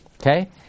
Okay